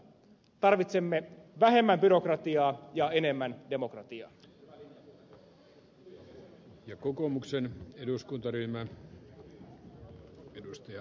tarvitsemme vähemmän byrokratiaa ja enemmän demokratiaa